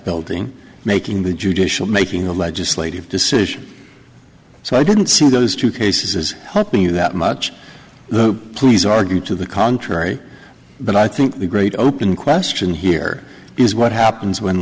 building making the judicial making a legislative decision so i didn't see those two cases helping you that much the pleas argue to the contrary but i think the great open question here is what happens when